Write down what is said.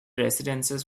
residences